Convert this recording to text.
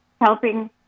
helping